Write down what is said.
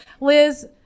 Liz